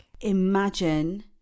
Imagine